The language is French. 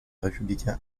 républicain